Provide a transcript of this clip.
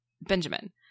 Benjamin